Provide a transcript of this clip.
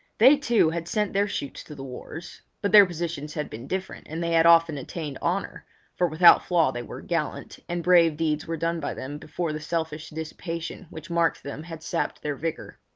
they, too, had sent their shoots to the wars but their positions had been different and they had often attained honour for without flaw they were gallant, and brave deeds were done by them before the selfish dissipation which marked them had sapped their vigour.